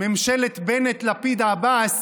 ממשלת בנט-לפיד-עבאס